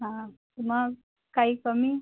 हा मग काही कमी